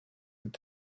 est